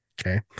Okay